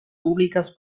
públicas